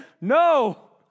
No